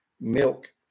milk